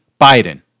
Biden